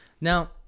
now